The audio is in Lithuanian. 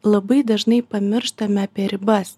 labai dažnai pamirštame apie ribas